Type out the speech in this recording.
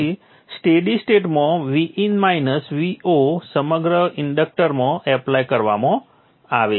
તેથી સ્ટેડી સ્ટેટમાં Vin Vo સમગ્ર ઇન્ડક્ટરમાં એપ્લાય કરવામાં આવે છે